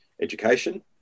education